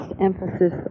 emphasis